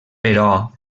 però